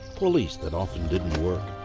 pulleys that often didn't work,